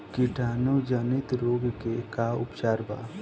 कीटाणु जनित रोग के का उपचार बा?